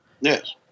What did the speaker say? Yes